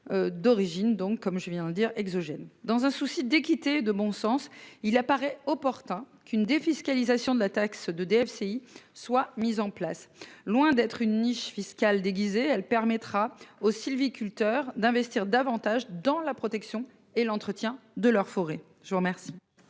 D'origine donc comme je viens de le dire exogènes dans un souci d'équité, de bon sens. Il apparaît opportun qu'une défiscalisation de la taxe de DFCI soient mises en place, loin d'être une niche fiscale déguisée, elle permettra aux sylviculteurs d'investir davantage dans la protection et l'entretien de leurs forêts. Je vous remercie.